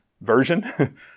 Version